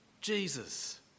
Jesus